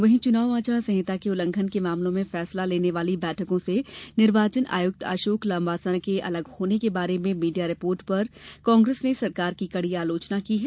वहीं चुनाव आचार संहिता के उल्लंधन के मामलों में फैसला लेने वाली बैठकों से निर्वाचन आयुक्त अशोक लबांसा के अलग होने के बारे में मीडिया रिपोर्ट पर कांग्रेस ने सरकार की कड़ी आलोचना की है